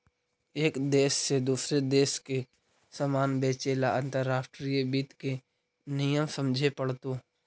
एक देश से दूसरे देश में सामान बेचे ला अंतर्राष्ट्रीय वित्त के नियम समझे पड़तो